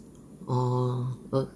orh